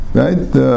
right